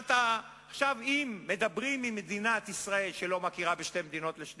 אם מדברים עם מדינת ישראל שלא מכירה בשתי מדינות לשני